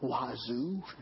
wazoo